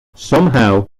somehow